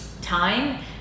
time